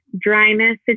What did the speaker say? dryness